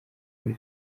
kuri